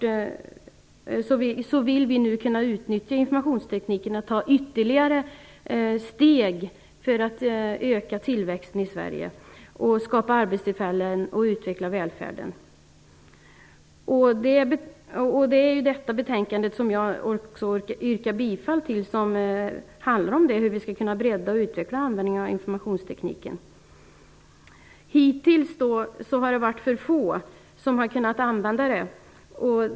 På samma sätt vill vi nu kunna utnyttja informationstekniken för att ta ytterligare steg för att kunna öka tillväxten i Sverige, skapa arbetstillfällen och utveckla välfärden. Detta betänkande handlar om hur vi skall kunna bredda och utveckla användningen av informationstekniken, och jag yrkar härmed bifall till hemställan i betänkandet. Hittills har det varit för få som har kunnat använda detta.